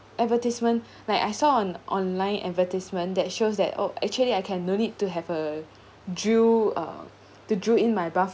advertisement like I saw on online advertisement that shows that oh actually I can no need to have uh drill uh to drill in my bathroom